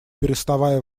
переставая